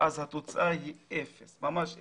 אז התוצאה היא אפס, ממש אפס.